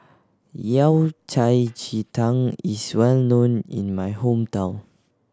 Yao Cai ji tang is well known in my hometown